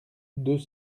deux